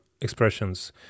expressions